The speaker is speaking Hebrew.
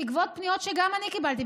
בעקבות פניות שגם אני קיבלתי,